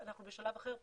אנחנו בשלב אחר פשוט.